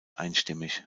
einstimmig